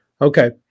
Okay